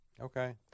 Okay